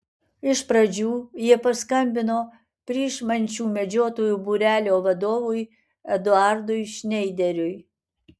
iš pradžių jie paskambino pryšmančių medžiotojų būrelio vadovui eduardui šneideriui